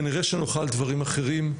כנראה שנאכל דברים אחרים,